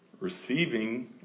Receiving